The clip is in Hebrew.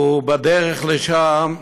ובדרך לשם,